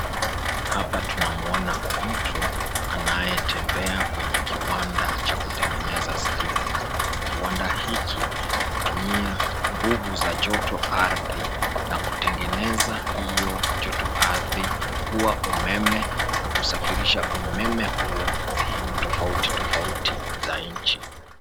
Hapa tunamwona mtu anayetembea kwenye kiwanda cha kutengeneza stima. Kiwanda hiki hutumia nguvu za joto ardhi na kutengeneza hio joto ardhi kuwa umeme na kusafirisha umeme huo sehemu tofauti tofauti za nchi.